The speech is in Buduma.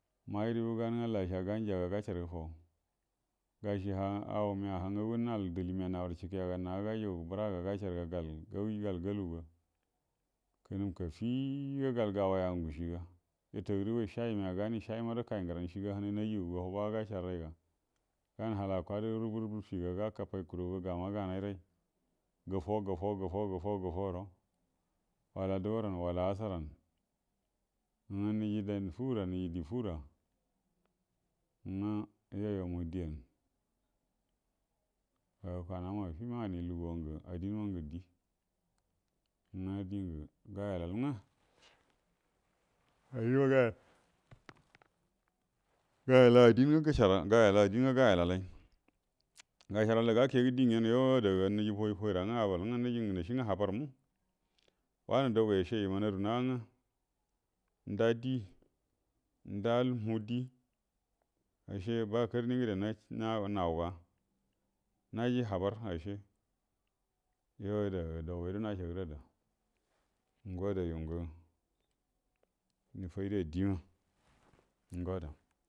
Magəribu gan ngwə lasha ganya ga gacəar gəfaw, gacie ha, ha ngagu nad delie mia ga hawrə jəkə yaga, nago gajugu bəraguga gacəar ga gal galu ga, kənəm katiiga gal gaway ‘a ngucie ga yəta gərəguay cieyo miga gani cieyi magurə kay gyəran cie ga hənay nagu guga huba gacəarraga, ga hala kwadərə rəbu rəbu ciege ga kəffai kuraguga gama ganal ray gulfoguffo guffo guəro, wala duwar, wala asarnan, ngwə nə dau duwar, wala asarnan, ngwə nə dan fungə nəji ndə fugur ngwe yuoyu mu dien, ga kwana ma fi magəni lugungə adinmangə ngwə dingə gayeld gə uhumm gayel’a adingwə gayellalay, gacəar ral gərə gakegu die gyen adaga yəffo, yəffo, gəra abal, ngnacie ngwə habar mu, wanəngə dugwai ace yəman aruə nagangwə nda die, nda muh die, ndamuh die, ace yuo ba kurni ngədə nayel naw, naji habau ace yuo ada ga dogwai guəro nashigə ada go ada yuəngə fayda diema.